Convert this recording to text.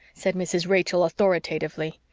said mrs. rachel authoritatively.